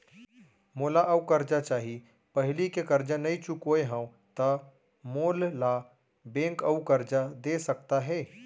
मोला अऊ करजा चाही पहिली के करजा नई चुकोय हव त मोल ला बैंक अऊ करजा दे सकता हे?